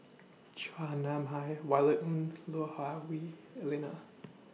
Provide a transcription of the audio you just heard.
Chua Nam Hai Violet Ng Lui Hah Wah Elena